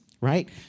right